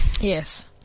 Yes